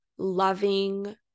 loving